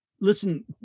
Listen